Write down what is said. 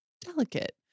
delicate